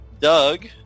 Doug